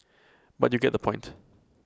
but you get the point